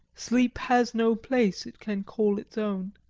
sleep has no place it can call its own.